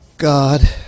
God